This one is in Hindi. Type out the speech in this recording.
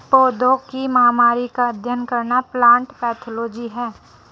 पौधों की महामारी का अध्ययन करना प्लांट पैथोलॉजी है